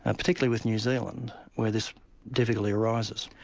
and particularly with new zealand where this difficulty arises.